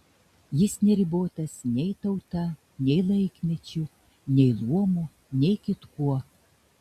jis neribotas nei tauta nei laikmečiu nei luomu nei kitkuo